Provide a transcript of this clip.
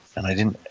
and i didn't,